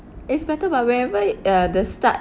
it's better but wherever uh the start